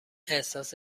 احساس